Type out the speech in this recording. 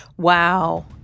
Wow